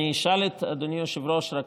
אני אשאל את אדוני היושב-ראש.